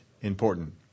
important